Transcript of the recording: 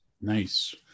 Nice